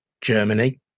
Germany